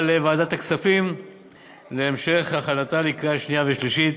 לוועדת הכספים להמשך הכנתה לקריאה שנייה ושלישית.